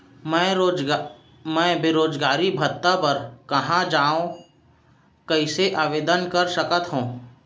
मैं बेरोजगारी भत्ता बर कहाँ अऊ कइसे आवेदन कर सकत हओं?